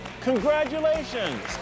Congratulations